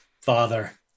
father